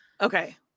Okay